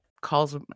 calls